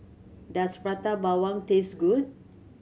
does Prata Bawang taste good